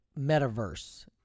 metaverse